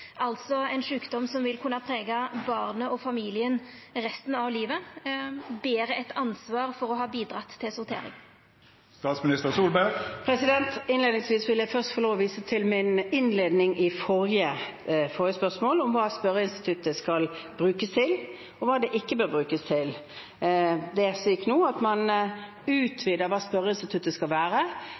altså ein sjukdom som vil kunne prege barnet og familien resten av livet, ber eit ansvar for å ha bidrege til sortering?» Innledningsvis vil jeg få vise til min innledning i forrige svar om hva spørreinstituttet skal brukes til, og hva det ikke bør brukes til. Det er slik at man nå utvider hva spørreinstituttet skal være.